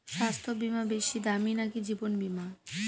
স্বাস্থ্য বীমা বেশী দামী নাকি জীবন বীমা?